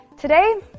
Today